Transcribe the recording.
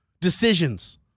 decisions